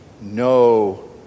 no